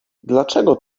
dlaczego